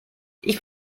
ich